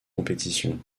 compétition